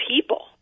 people